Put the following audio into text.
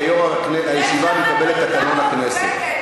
יו"ר הישיבה מקבל את תקנון הכנסת.